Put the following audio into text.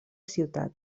ciutat